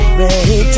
ready